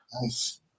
Nice